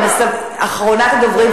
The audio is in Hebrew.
אחרונת הדוברים,